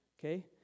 Okay